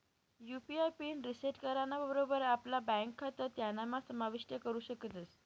UPI pin set कराना बरोबर आपला ब्यांक खातं त्यानाम्हा समाविष्ट करू शकतस